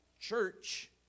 church